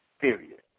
Period